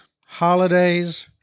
holidays